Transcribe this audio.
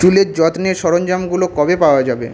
চুলের যত্নের সরঞ্জামগুলো কবে পাওয়া যাবে